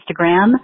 Instagram